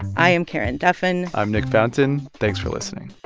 i am karen duffin i'm nick fountain. thanks for listening